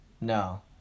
No